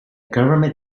government